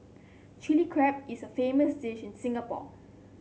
Chilli Crab is a famous dish in Singapore